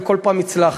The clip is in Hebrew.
וכל פעם הצלחת.